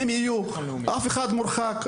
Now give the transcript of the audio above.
הם יהיו אף אחד מורחק,